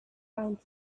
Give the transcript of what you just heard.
found